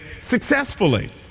successfully